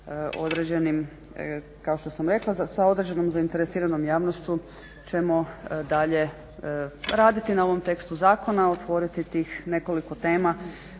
određenim, kao što sam rekla s određenom zainteresiranom javnošću ćemo dalje raditi na ovom tekstu zakona, otvoriti tih nekoliko tema